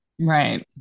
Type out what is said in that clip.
right